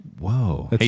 Whoa